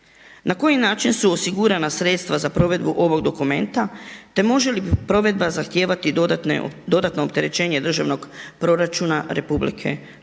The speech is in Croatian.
na koji način su osigurana sredstva za provedbu ovog dokumenta te može li provedba zahtijevati dodatno opterećenje državnog proračuna RH? Gdje